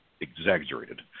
exaggerated